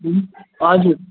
हजुर